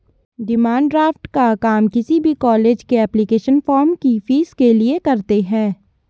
demand draft का काम किसी भी कॉलेज के एप्लीकेशन फॉर्म की फीस के लिए करते है